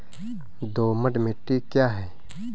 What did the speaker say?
दोमट मिट्टी क्या है?